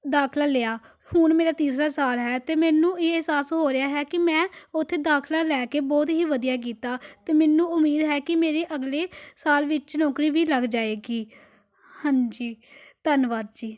ਦਾਖਲਾ ਲਿਆ ਹੁਣ ਮੇਰਾ ਤੀਸਰਾ ਸਾਲ ਹੈ ਅਤੇ ਮੈਨੂੰ ਇਹ ਅਹਿਸਾਸ ਹੋ ਰਿਹਾ ਹੈ ਕਿ ਮੈਂ ਉੱਥੇ ਦਾਖਲਾ ਲੈ ਕੇ ਬਹੁਤ ਹੀ ਵਧੀਆ ਕੀਤਾ ਅਤੇ ਮੈਨੂੰ ਉਮੀਦ ਹੈ ਕਿ ਮੇਰੀ ਅਗਲੇ ਸਾਲ ਵਿੱਚ ਨੌਕਰੀ ਵੀ ਲੱਗ ਜਾਵੇਗੀ ਹਾਂਜੀ ਧੰਨਵਾਦ ਜੀ